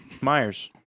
Myers